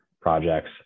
projects